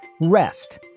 Rest